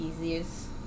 easiest